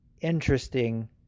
interesting